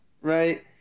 Right